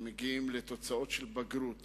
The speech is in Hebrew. וכאשר מגיעים לתוצאות הבגרות